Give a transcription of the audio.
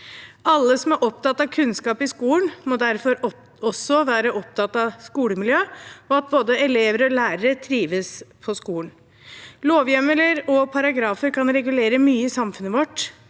Alle som er opptatt av kunnskap i skolen, må derfor også være opptatt av skolemiljø og at både elever og lærere trives på skolen. Lovhjemler og paragrafer kan regulere mye i samfunnet vårt,